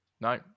No